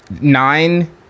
nine